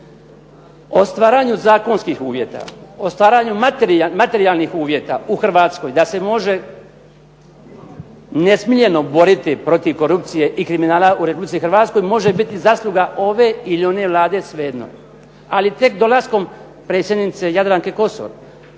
O stvaranju zakonskih uvjeta, o stvaranju materijalnih uvjeta u Hrvatskoj da se može nesmiljeno boriti protiv korupcije i kriminala u Republici Hrvatskoj može biti zasluga ove ili one Vlade, svejedno. Ali tek dolaskom predsjednice Jadranke Kosor